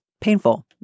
painful